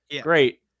Great